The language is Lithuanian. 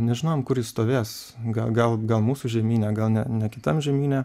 nežinojom kur jis stovės gal gal gal mūsų žemyne gal ne ne kitam žemyne